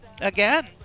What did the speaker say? again